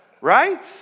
right